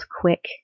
quick